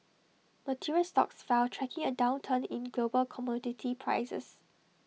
materials stocks fell tracking A downturn in global commodity prices